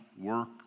work